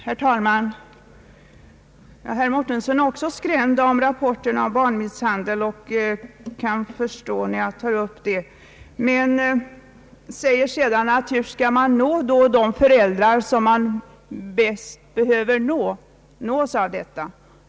Herr talman! Även herr Mårtensson är skrämd av rapporterna om barnmisshandel och kan förstå att jag tar upp det ämnet, men han frågar sedan: Hur skall man nå de föräldrar som man bäst behöver nå?